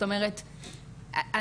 את אומרת,